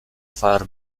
fire